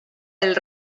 del